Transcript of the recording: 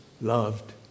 loved